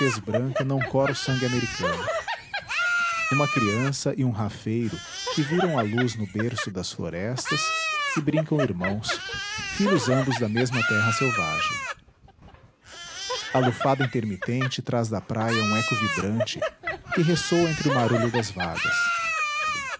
branca não cora o sangue americano uma criança e um rafeiro que viram a luz no berço das florestas e brincam irmãos filhos ambos da mesma terra selvagem a lufada intermitente traz da praia um eco vibrante que ressoa entre o marulho das vagas